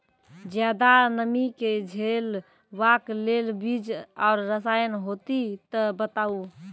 ज्यादा नमी के झेलवाक लेल बीज आर रसायन होति तऽ बताऊ?